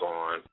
on